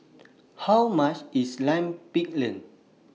How much IS Lime Pickle